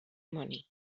money